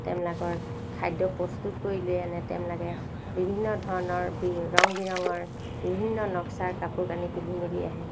তেওঁবিলাকৰ খাদ্য প্ৰস্তুত কৰি লৈ আনে তেওঁবিলাকে বিভিন্ন ধৰণৰ ৰং বিৰঙৰ বিভিন্ন নক্সাৰ কাপোৰ কানি পিন্ধি মেলি আহে